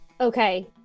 Okay